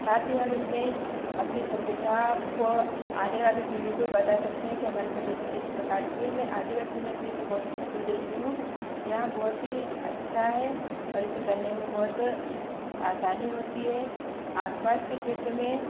साथ ही हम इसमें अपने सभ्यता को आने वाली पीढ़ी को बता सकते हैं कि हमारी सभ्यता किस प्रकार कि है मैं आदिवासी नृत्य को बहुत महत्व देती हूँ यह बहुत ही अच्छा है और इसे करने में बहुत आसानी होती है आसपास कि क्षेत्र में